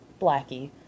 Blackie